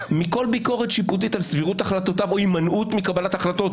מכל ביקורת שיפוטית על סבירות החלטותיו או הימנעות מקבלת החלטה?